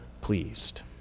pleased